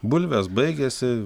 bulvės baigėsi